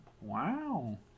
Wow